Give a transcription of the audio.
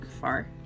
far